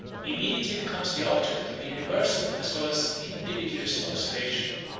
immediately becomes the object of universal as well as invidious observation.